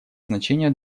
значение